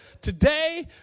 Today